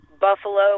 buffalo